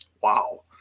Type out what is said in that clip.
Wow